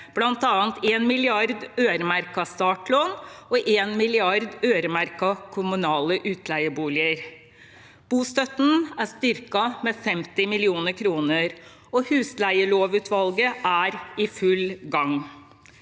bl.a. 1 mrd. kr øremerket startlån og 1 mrd. kr øremerket kommunale utleieboliger. Bostøtten er styrket med 50 mill. kr, og husleielovutvalget er i full gang.